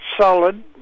solid